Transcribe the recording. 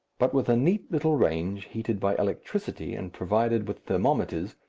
but with a neat little range, heated by electricity and provided with thermometers,